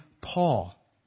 Paul